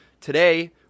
Today